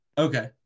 Okay